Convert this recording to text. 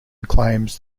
claims